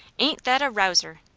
ain't that a rouser!